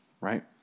Right